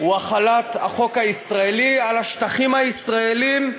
הוא החלת החוק הישראלי על השטחים הישראליים,